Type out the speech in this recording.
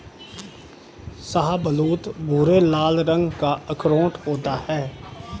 शाहबलूत भूरे लाल रंग का अखरोट होता है